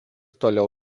toliau